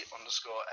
underscore